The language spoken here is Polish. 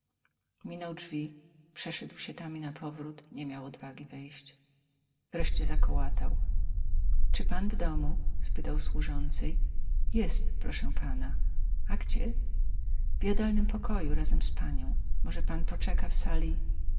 minął drzwi przeszedł się tam i napowrót nie miał odwagi wejść wreszcie zakołatał czy pan w domu spytał służącej jest proszę pana a gdzie w jadalnym pokoju razem z panią może pan poczeka w sali